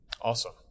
Awesome